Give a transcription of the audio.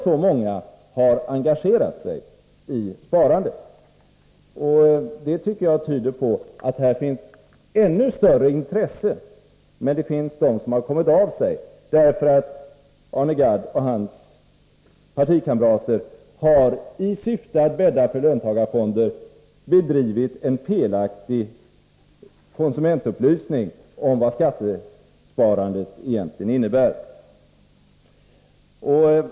Det tycker jag tyder på att det här finns ett ännu större intresse; det finns de som har kommit av sig därför att Arne Gadd och hans partikamrater — i syfte att bädda för löntagarfonder — har bedrivit en felaktig konsumentupplysning om vad skattesparande innebär.